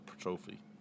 trophy